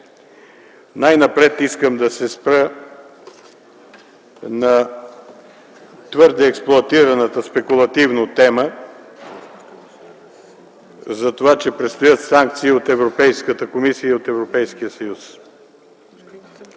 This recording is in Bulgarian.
Най-напред искам да се спра на твърде експлоатираната спекулативно тема, че предстоят санкции от Европейската комисия и Европейския съюз.